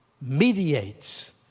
mediates